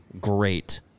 great